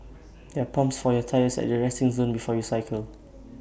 there are pumps for your tyres at the resting zone before you cycle